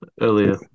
earlier